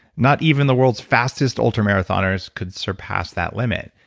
not even the world's fastest ultra-marathoners could surpass that limit.